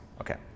Okay